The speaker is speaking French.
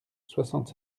soixante